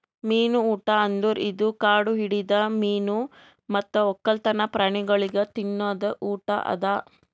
ಮೀನು ಊಟ ಅಂದುರ್ ಇದು ಕಾಡು ಹಿಡಿದ ಮೀನು ಮತ್ತ್ ಒಕ್ಕಲ್ತನ ಪ್ರಾಣಿಗೊಳಿಗ್ ತಿನದ್ ಊಟ ಅದಾ